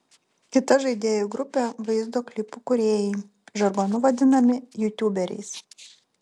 kita žaidėjų grupė vaizdo klipų kūrėjai žargonu vadinami jutuberiais